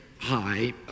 High